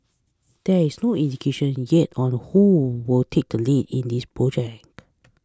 there is no indication yet on who will take the lead in this project